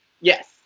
Yes